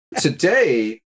today